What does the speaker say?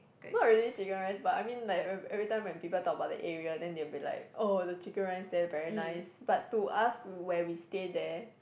not really chicken rice but I mean like every time when people talk about the area then they will be like oh the chicken rice there very nice but to us where we stay there